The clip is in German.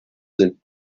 sind